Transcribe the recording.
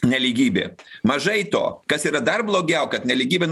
nelygybė mažai to kas yra dar blogiau kad nelygybė